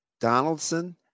Donaldson